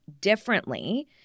differently